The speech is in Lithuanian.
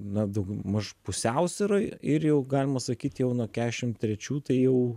na daugmaž pusiausvyroj ir jau galima sakyt jau nuo kešim trečių tai jau